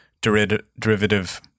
derivative